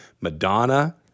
madonna